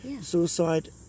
suicide